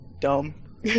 dumb